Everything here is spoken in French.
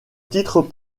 titre